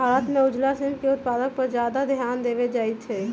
भारत में उजला श्रिम्फ के उत्पादन पर ज्यादा ध्यान देवल जयते हई